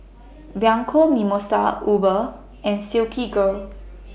Bianco Mimosa Uber and Silkygirl